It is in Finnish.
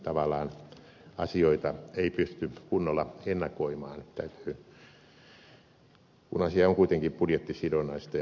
tavallaan asioita ei pysty kunnolla ennakoimaan kun asia on kuitenkin budjettisidonnaista ja vuosittaista